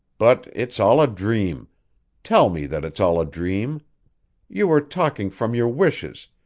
but it's all a dream tell me that it's all a dream you were talking from your wishes,